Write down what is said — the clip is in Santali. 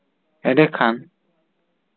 ᱮᱱᱰᱮᱠᱷᱟᱱ